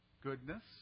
goodness